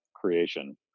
creation